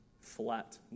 flat